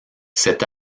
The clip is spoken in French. cet